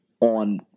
on